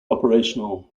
operational